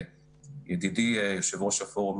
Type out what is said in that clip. ידידי יושב-ראש הפורום,